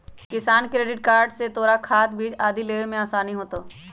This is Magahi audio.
किसान क्रेडिट कार्ड से तोरा खाद, बीज आदि लेवे में आसानी होतउ